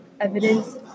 evidence